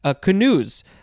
canoes